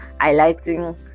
highlighting